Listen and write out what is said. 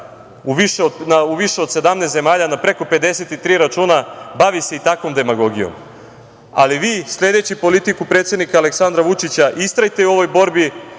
u više od 17 zemalja, na preko 53 računa, bavi se i takvom demagogijom, ali vi, sledeći politiku predsednika Aleksandra Vučića, istrajte u ovoj borbi,